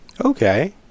Okay